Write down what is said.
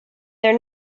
their